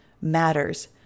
matters